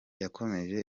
yakomeje